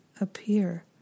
appear